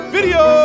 Video